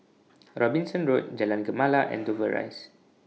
Robinson Road Jalan Gemala and Dover Rise